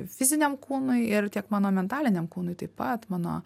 fiziniam kūnui ir tiek mano mentaliniam kūnui taip pat mano